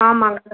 ஆமாங்க